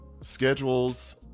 schedules